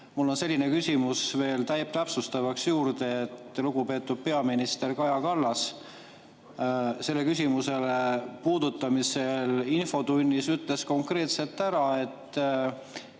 mul on selline küsimus veel täpsustavalt juurde. Lugupeetud peaminister Kaja Kallas selle küsimuse puudutamisel infotunnis ütles konkreetselt ära, et